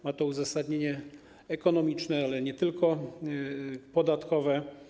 Ma to uzasadnienie ekonomiczne, ale nie tylko podatkowe.